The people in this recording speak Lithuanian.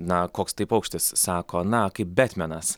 na koks tai paukštis sako na kaip betmenas